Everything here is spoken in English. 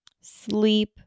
Sleep